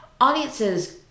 Audiences